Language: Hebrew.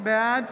בעד